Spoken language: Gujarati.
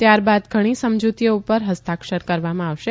ત્યારબાદ ઘણી સમજૂતીઓ પર હસ્તાક્ષર કરવામાં આવશે